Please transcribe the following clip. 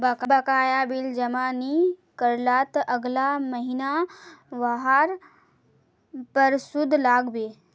बकाया बिल जमा नइ कर लात अगला महिना वहार पर सूद लाग बे